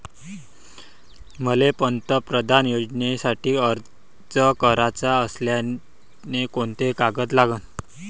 मले पंतप्रधान योजनेसाठी अर्ज कराचा असल्याने कोंते कागद लागन?